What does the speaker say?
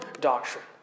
doctrine